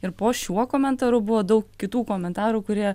ir po šiuo komentaru buvo daug kitų komentarų kurie